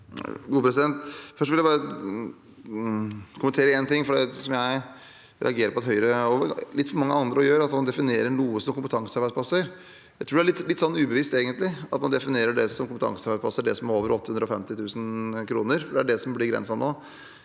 Først vil jeg bare kommentere en ting, for det jeg reagerer på at Høyre og litt for mange andre også gjør, er at man definerer noe som kompetansearbeidsplasser. Jeg tror det er litt ubevisst egentlig, at man definerer det som kompetansearbeidsplasser når det er over 850 000 kr, for det er det som blir grensen nå.